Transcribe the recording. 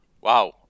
Wow